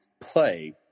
play